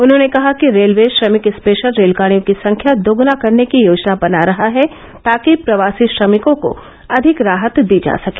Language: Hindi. उन्होंने कहा कि रेलवे श्रमिक स्पेशल रेलगाड़ियों की संख्या दोग्ना करने की योजना बना रहा है ताकि प्रवासी श्रमिकों को अधिक राहत दी जा सके